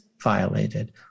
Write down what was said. violated